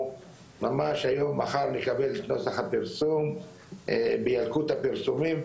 ממש היום מחר אנחנו נקבל את נוסח הפרסום בילקוט הפרסומים,